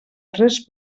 tres